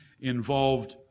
involved